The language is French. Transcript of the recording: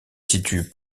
situe